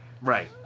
Right